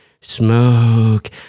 Smoke